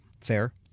Fair